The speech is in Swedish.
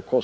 hög.